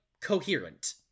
coherent